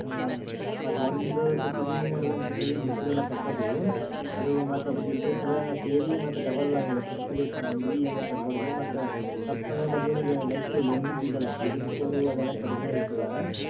ಹ್ಞೂ ಮತ್ತು ಒಂದು ಸತಿ ಬಿ ನೀವು ಅದು ಒಂದು ತಿಂಗ್ಳಿಗೆ ಬಿಟ್ಟಿರಿ ಅಲ ಕಟ್ಟದು ಅದು ಮತ್ತು ಅದಕ್ಕೆ ಇಂಟ್ರೆಸ್ಟೆಲಾ ಸೇರಿ ಮತ್ತು ಡಬಲ್ ಹೆಚ್ಗಿ ಆಯ್ತವ ಒಂದು ಈ ಎಮ್ ಐ ತಪ್ಬಾರದು ಮತ್ತು ತಪ್ದ ಅಂದರೆ ಮತ್ತು ನಿಮ್ಗ ನೆಕ್ಸ್ಟ್ ಲೋನ್ ಬಿ ಸಿಗಲ್ಲ ಸಿಬಿಲ್ ಸ್ಕೋರು ಅದೆಲ್ಲ ಕಡ್ಮೆ ಆಯ್ತದ